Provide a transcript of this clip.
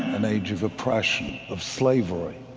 an age of oppression, of slavery,